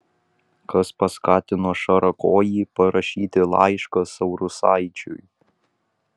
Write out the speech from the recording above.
kas paskatino šarakojį parašyti laišką saurusaičiui